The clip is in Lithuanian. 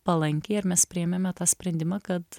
palankiai ir mes priėmėme tą sprendimą kad